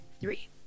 three